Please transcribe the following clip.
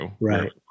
Right